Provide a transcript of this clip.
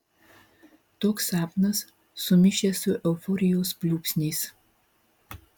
toks sapnas sumišęs su euforijos pliūpsniais